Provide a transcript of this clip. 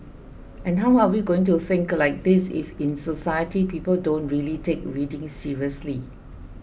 and how are we going to think like this if in society people don't really take reading seriously